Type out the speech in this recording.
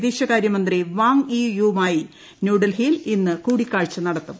വിദേശകാര്യമന്ത്രി Wang Yi യുമായി ന്യൂഡൽഹിയിൽ ഇന്ന് കൂടിക്കാഴ്ച നടത്തും